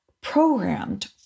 programmed